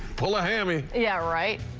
pull a hammy. yeah right?